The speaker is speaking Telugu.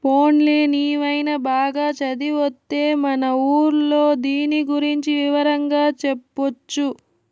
పోన్లే నీవైన బాగా చదివొత్తే మన ఊర్లో దీని గురించి వివరంగా చెప్పొచ్చు